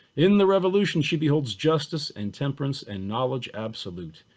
in the revolution she beholds justice and temperance and knowledge absolute,